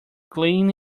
clean